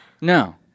No